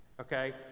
okay